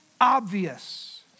obvious